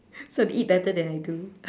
so they eat better than I do